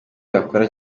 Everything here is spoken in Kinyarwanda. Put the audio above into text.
yakora